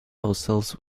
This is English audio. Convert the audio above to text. ourselves